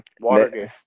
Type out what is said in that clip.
Watergate